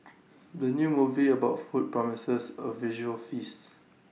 the new movie about food promises A visual feast